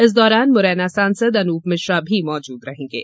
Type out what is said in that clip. इस दौरान मुरैना सांसद अनूप मिश्रा भी मौजूद रहेंगे